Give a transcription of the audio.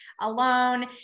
alone